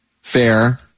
fair